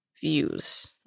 views